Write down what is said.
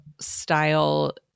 style